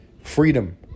freedom